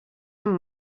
amb